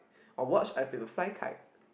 or watch other people fly kite